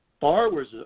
borrowers